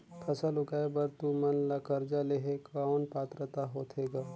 फसल उगाय बर तू मन ला कर्जा लेहे कौन पात्रता होथे ग?